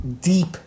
deep